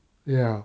ya